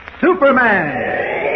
Superman